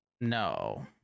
No